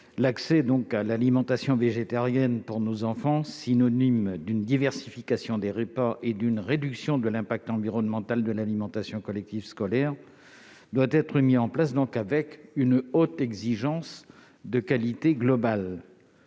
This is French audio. L'accès à l'alimentation végétarienne pour nos enfants, synonyme d'une diversification des repas et d'une réduction de l'impact environnemental de l'alimentation collective scolaire, doit être mis en place avec une haute exigence de qualité globale.